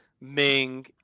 Ming